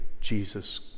Jesus